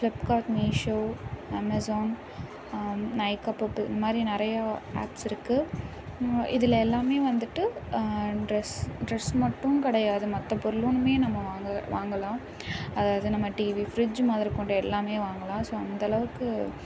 Flipkart Meesho Amazon Nykaa Purplle இந்த மாதிரி நிறையா ஆப்ஸ் இருக்குது இதில் எல்லாமே வந்துட்டு ட்ரெஸ் ட்ரெஸ் மட்டும் கிடையாது மற்ற பொருளும் நம்ம வாங்க வாங்கலாம் அதாவது நம்ம டிவி ஃபிரிட்ஜ் முதர் கொண்டு எல்லாமே வாங்கலாம் ஸோ அந்தளவுக்கு